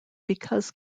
because